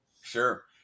sure